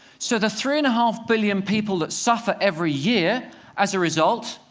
so the three-and-a-half billion people that suffer every year as a result,